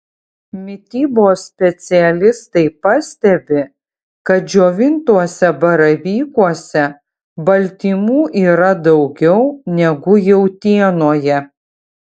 mitybos specialistai pastebi kad džiovintuose baravykuose baltymų yra daugiau negu jautienoje